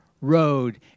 road